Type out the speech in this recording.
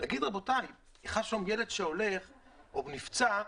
לומר שילד שנפצע,